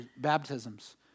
baptisms